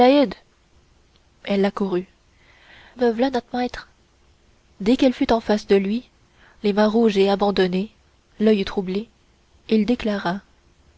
elle accourut me v'là not maître dès qu'elle fut en face de lui les mains rouges et abandonnées l'oeil troublé il déclara